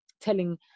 telling